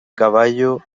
caballo